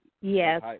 Yes